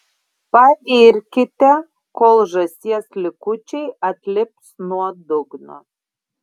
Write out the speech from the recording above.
pavirkite kol žąsies likučiai atlips nuo dugno